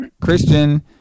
christian